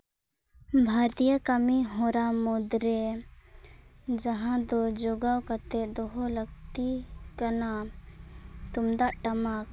ᱵᱷᱟᱨᱛᱤᱭᱚ ᱠᱟᱹᱢᱤ ᱦᱚᱨᱟ ᱢᱩᱫᱽᱨᱮ ᱡᱟᱦᱟᱸ ᱡᱳᱜᱟᱣ ᱠᱟᱛᱮ ᱫᱚᱦᱚ ᱞᱟᱹᱠᱛᱤ ᱠᱟᱱᱟ ᱛᱩᱢᱫᱟᱹᱜ ᱴᱟᱢᱟᱠ